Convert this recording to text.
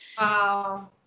Wow